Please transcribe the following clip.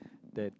that